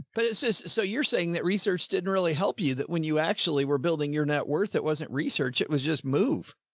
but it says, so you're saying that research didn't really help you, that when you actually were building your net worth? it wasn't research, it was just move.